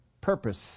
purpose